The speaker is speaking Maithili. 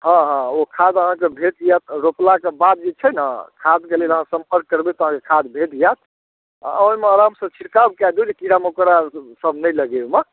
हँ हँ ओ खाद अहाँकेँ भेट जायत रोपलाके बाद जे छै ने खादके लेल अहाँ सम्पर्क करबै तऽ अहाँकेँ खाद भेट जायत आ ओहिमे आरामसँ छिड़काव कए देब जे कीड़ा मकौड़ासभ नहि लगय ओहिमे